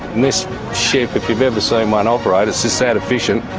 this ship, if you've ever seen one operate, it's just that efficient.